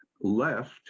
left